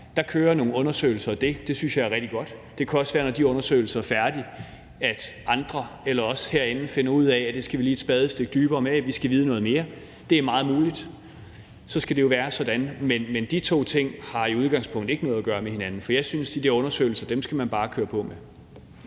Der kører nogle undersøgelser af det, og det synes jeg er rigtig godt. Det kan også være, når de undersøgelser er færdige, at andre eller os herinde finder ud af, at vi lige skal et spadestik dybere med det, at vi skal vide noget mere. Det er meget muligt. Så skal det jo være sådan. Men de to ting har i udgangspunktet ikke noget med hinanden at gøre. Jeg synes, man bare skal køre på med